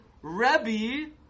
Rebbe